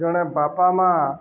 ଜଣେ ବାପା ମା